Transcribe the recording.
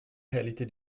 réalité